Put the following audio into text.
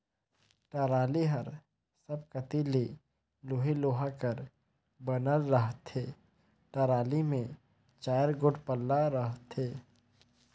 trolley हर सब कती ले लोहे लोहा कर बनल रहथे, टराली मे चाएर गोट पल्ला रहथे